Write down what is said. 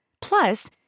Plus